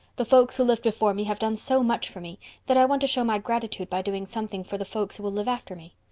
the folks who lived before me have done so much for me that i want to show my gratitude by doing something for the folks who will live after me.